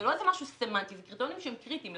זה לא משהו סמנטי, זה קריטריונים שהם קריטיים.